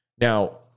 Now